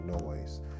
noise